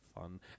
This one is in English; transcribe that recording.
fun